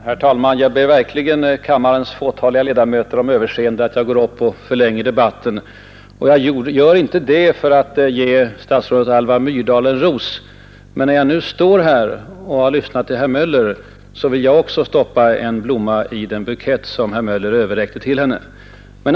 Herr talman! Jag ber verkligen kammarens fåtaliga närvarande ledamöter om överseende för att jag går upp och förlänger debatten. Jag gör det inte för att ge statsrådet Alva Myrdal en ros, men när jag nu ändå står här efter att ha lyssnat till herr Möller i Gävle, vill också jag stoppa en blomma i den bukett som herr Möller överräckte till henne.